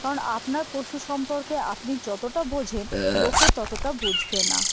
কারণ আপনার পশু সম্পর্কে আপনি যতোটা বোঝেন লোকে ততটা বুঝবে না